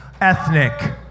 ethnic